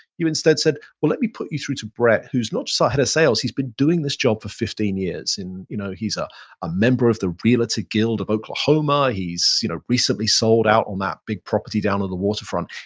you instead said, well let me put you through to brett who's not just our head of sales, he's been doing this job for fifteen years and you know he's ah a member of the realtor guild of oklahoma. he you know recently sold out on that big property down at the waterfront.